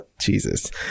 Jesus